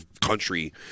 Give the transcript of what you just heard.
country